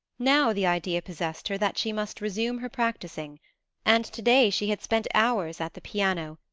now the idea possessed her that she must resume her practising, and to-day she had spent hours at the piano,